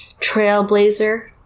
trailblazer